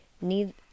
need